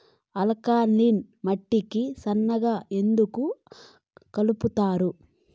alkaline మట్టికి సున్నం ఎందుకు కలుపుతారు